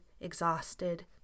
exhausted